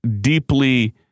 deeply